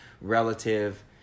relative